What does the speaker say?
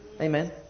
Amen